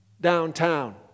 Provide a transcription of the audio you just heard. downtown